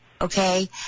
Okay